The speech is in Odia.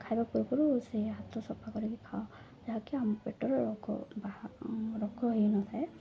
ଖାଇବା ପୂର୍ବରୁ ସେଇ ହାତ ସଫା କରିକି ଖାଅ ଯାହାକି ଆମ ପେଟର ରୋଗ ବା ରୋଗ ହେଇ ନ ଥାଏ